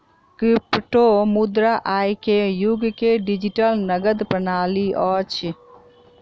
क्रिप्टोमुद्रा आई के युग के डिजिटल नकद प्रणाली अछि